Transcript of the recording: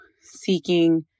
seeking